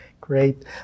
Great